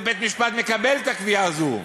ובית-המשפט מקבל את הקביעה הזאת.